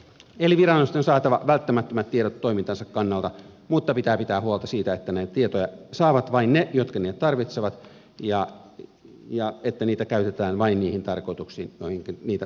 eli viranomaisten on saatava välttämättömät tiedot toimintansa kannalta mutta pitää pitää huolta siitä että näitä tietoja saavat vain ne jotka niitä tarvitsevat ja että niitä käytetään vain niihin tarkoituksiin joihin niitä pitäisi käyttää